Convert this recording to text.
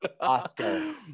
oscar